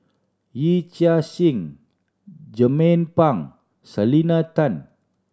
Yee Chia Hsing Jernnine Pang Selena Tan